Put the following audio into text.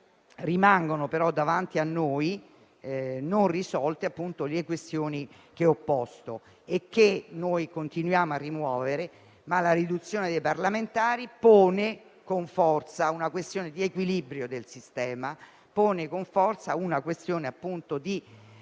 rimangono però davanti a noi non risolte le questioni che ho posto e che noi continuiamo a rimuovere. La riduzione dei parlamentari, tuttavia, pone con forza una questione di equilibrio del sistema, oltre alla questione del pluralismo